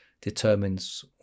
determines